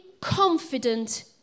confident